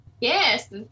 Yes